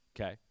Okay